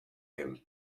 him